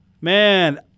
Man